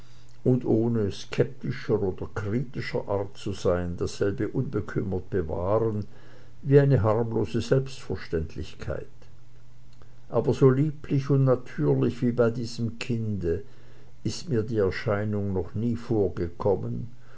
und ohne skeptischer oder kritischer art zu sein dasselbe unbekümmert bewahren wie eine harmlose selbstverständlichkeit aber so lieblich und natürlich wie bei diesem kinde ist mir die erscheinung noch nie vorgekommen